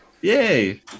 Yay